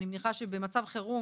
אני מניחה שבמצב חירום,